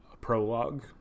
Prologue